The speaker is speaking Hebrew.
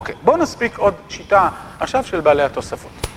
בואו נספיק עוד שיטה עכשיו של בעלי התוספות.